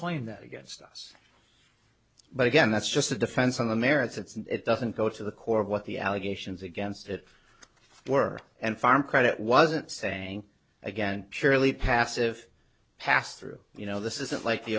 claim that against us but again that's just a defense on the merits it's and it doesn't go to the core of what the allegations against it were and farm credit wasn't saying again purely passive passthrough you know this isn't like the